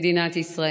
מדינת ישראל.